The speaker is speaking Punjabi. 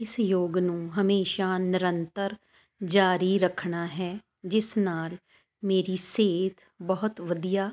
ਇਸ ਯੋਗ ਨੂੰ ਹਮੇਸ਼ਾ ਨਿਰੰਤਰ ਜਾਰੀ ਰੱਖਣਾ ਹੈ ਜਿਸ ਨਾਲ ਮੇਰੀ ਸਿਹਤ ਬਹੁਤ ਵਧੀਆ